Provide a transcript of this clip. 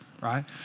right